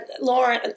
Lauren